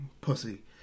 Pussy